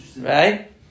Right